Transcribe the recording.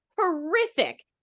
horrific